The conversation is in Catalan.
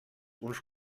uns